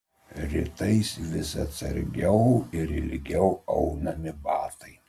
rytais vis atsargiau ir ilgiau aunami batai